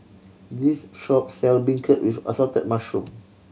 this shop sell beancurd with assorted mushroom